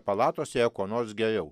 palatose kuo nors geriau